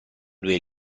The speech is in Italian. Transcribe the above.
due